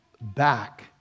back